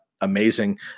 amazing